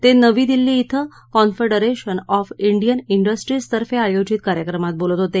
ते नवी दिल्ली इथं कॉन्फेडरेशन ऑफ इंडियन इंडस्ट्रीज तर्फे आयोजित कार्यक्रमात बोलत होते